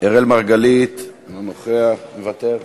אראל מרגלית, מוותר?